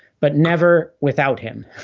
but never without him.